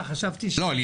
הבנתי.